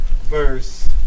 verse